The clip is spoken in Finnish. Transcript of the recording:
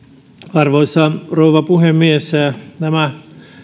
arvoisa rouva puhemies